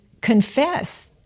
confess